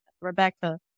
Rebecca